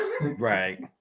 Right